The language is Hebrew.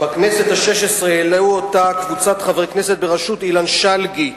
בכנסת השש-עשרה העלתה אותה קבוצת חברי הכנסת בראשות אילן שלגי,